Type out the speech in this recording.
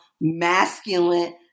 masculine